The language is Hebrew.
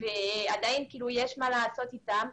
ועדיין יש מה לעשות אתן.